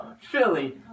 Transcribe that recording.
Philly